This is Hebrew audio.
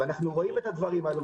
אנחנו רואים את הדברים האלה,